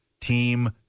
team